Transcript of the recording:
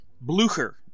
Blucher